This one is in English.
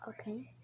Okay